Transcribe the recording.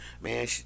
man